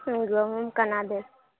गहूॅंम केना देब